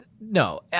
no